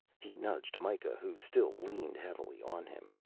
he nudged mikah who still leaned heavily on him.